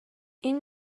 این